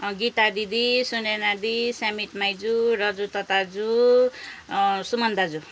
गीता दिदी सुनेना दि स्यामिट माइजू रजु ताताजु सुमन दाजु